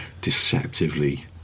deceptively